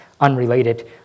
unrelated